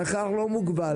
השכר לא מוגבל,